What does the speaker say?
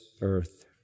earth